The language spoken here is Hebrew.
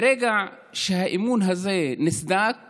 ברגע שהאמון הזה נסדק